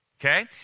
Okay